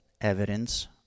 evidence